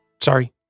Sorry